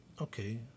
Okay